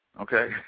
Okay